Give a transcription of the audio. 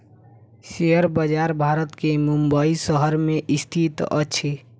share बजार भारत के मुंबई शहर में स्थित अछि